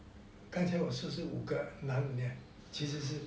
刚才我是说五个男其实是